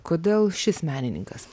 kodėl šis menininkas